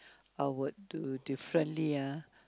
I would do differently ah